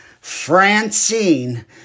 Francine